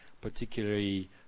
particularly